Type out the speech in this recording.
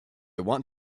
want